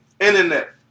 Internet